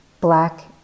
black